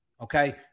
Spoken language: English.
Okay